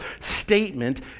statement